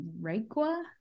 Requa